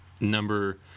number